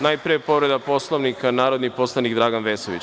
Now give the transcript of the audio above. Najpre povreda Poslovnika, narodni poslanik, Dragan Vesović.